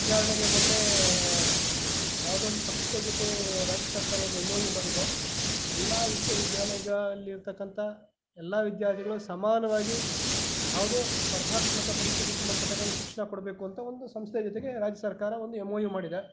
ಉದಾಹರಣೆಗೆ ಮೊನ್ನೆ ಯಾವುದೋ ಒಂದು ಸಂಸ್ಥೆ ಜೊತೆ ರಾಜ್ಯ ಸರ್ಕಾರ ಒಂದು ಎಮ್ ಓ ಯು ಮಾಡಿದೆ ಎಲ್ಲ ವಿಶ್ವವಿದ್ಯಾಲದಲ್ಲಿರ್ತಕ್ಕಂಥ ಎಲ್ಲ ವಿದ್ಯಾರ್ಥಿಗಳು ಸಮಾನವಾಗಿ ಯಾವುದೋ ಸ್ಪರ್ಧಾತ್ಮಕ ಪರೀಕ್ಷೆಗ್ಳಿಗೆ ಸಂಬಂಧಪಟ್ಟಂಗೆ ಒಂದು ಶಿಕ್ಷಣ ಕೊಡಬೇಕು ಅಂತ ಒಂದು ಸಂಸ್ಥೆ ಜೊತೆಗೆ ರಾಜ್ಯ ಸರ್ಕಾರ ಒಂದು ಎಮ್ ಓ ಯು ಮಾಡಿದೆ